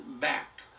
back